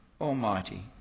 Almighty